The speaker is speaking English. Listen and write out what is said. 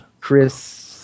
Chris